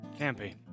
Campy